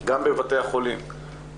גם בבתי החולים,